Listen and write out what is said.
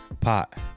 pot